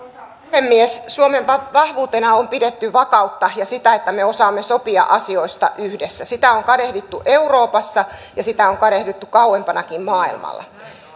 puhemies suomen vahvuutena on pidetty vakautta ja sitä että me osaamme sopia asioista yhdessä sitä on kadehdittu euroopassa ja sitä on kadehdittu kauempanakin maailmalla